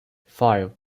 five